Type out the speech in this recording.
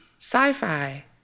sci-fi